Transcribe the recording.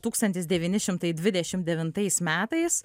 tūkstantis devyni šimtai dvidešim devintais metais